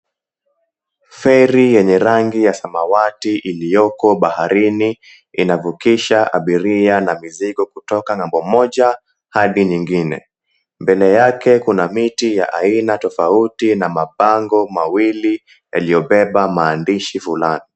Ferry yenye rangi ya samawati iliyoko baharini inavukisha abiria na mizigo kutoka ng'ambo moja hadi nyingine. Mbele yake kuna miti ya aina tofauti na mabango mawili yaliyobeba maandishi fulani.